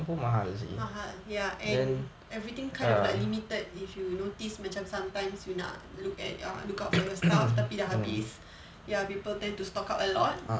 mahal ya and everything kind of like limited if you notice macam sometimes you nak look at look out for your stuff tapi dah habis ya people tend to stock up a lot